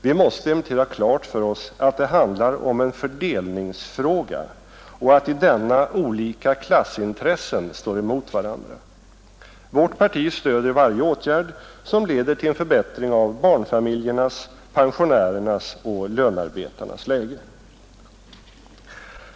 Man måste emellertid ha klart för sig att det handlar om en fördelningsfråga och att i denna olika klassintressen står emot varandra. Vårt parti stöder varje åtgärd som leder till en förbättring av barnfamiljernas, pensionärernas och lönearbetarnas läge.